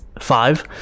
five